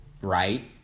right